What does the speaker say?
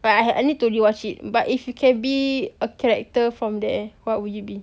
but I I need to rewatch it but if you can be a character from there what would you be